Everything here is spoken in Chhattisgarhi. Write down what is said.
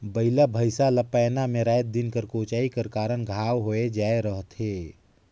बइला भइसा ला पैना मे राएत दिन कर कोचई कर कारन घांव होए जाए रहथे